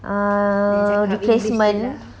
err replacement